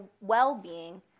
well-being